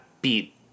beat